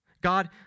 God